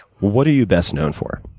what are you best known for?